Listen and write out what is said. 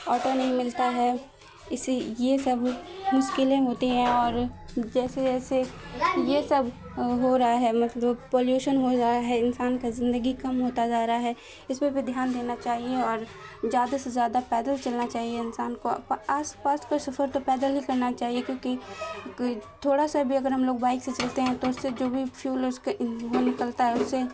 auto نہیں ملتا ہے اسے یہ سب مشکلیں ہوتی ہیں اور جیسے جیسے یہ سب ہو رہا ہے مطلب پلیوشن ہو رہا ہے انسان کا زندگی کم ہوتا جا رہا ہے اس پہ بھی دھیان دینا چاہیے اور زیادہ سے زیادہ پیدل چلنا چاہیے انسان کو آس پاس کا سفر تو پیدل ہی کرنا چاہیے کیونکہ کیونکہ تھوڑا سا بھی اگر ہم لوگ بائک سے چلتے ہیں تو اس سے جو بھی فیول اس کا نکلتا ہے اس سے